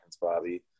Bobby